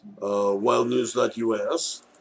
wildnews.us